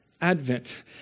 Advent